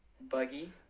Buggy